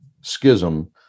schism